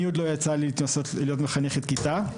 לי עוד לא יצא להתנסות להיות מחנך כיתה.